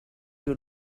you